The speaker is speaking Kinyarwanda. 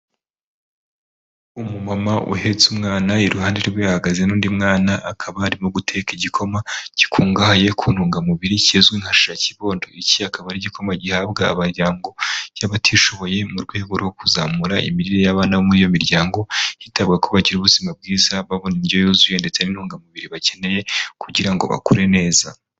Umumama uhetse umwana iruhande rwe hahagaze n'undi mwana, akaba arimo guteka igikoma gikungahaye ku ntungamubiri kizwi nka shisha kibondo, iki akaba ari igikoma gihabwa imiryango y'abatishoboye mu rwego rwo kuzamura imirire y'abana bo muri iyo miryango, hitabwa kuba bagira ubuzima bwiza babona indyo yuzuye, ndetse n'intungamubiri bakeneye kugira ngo bakure neza.